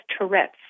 Tourette's